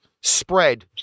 spread